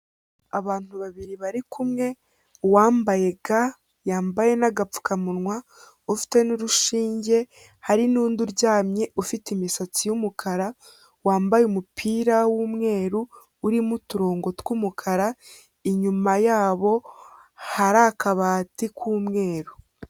Abantu babiri bari kumwe, uwambaye ga yambaye n'agapfukamunwa ufite n'urushinge, hari n'undi uryamye ufite imisatsi y'umukara, wambaye umupira w'umweru urimo uturongo tw'umukara, inyuma yabo hari akabati k'umweru.